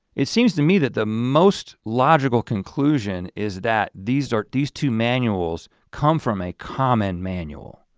it seems to me that the most logical conclusion is that these these two manuals come from a common manual,